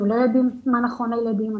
אנחנו לא יודעים מה נכון לילדים,